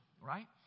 right